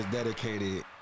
Dedicated